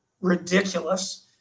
ridiculous